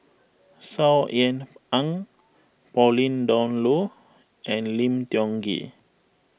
Saw Ean Ang Pauline Dawn Loh and Lim Tiong Ghee